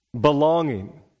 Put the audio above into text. belonging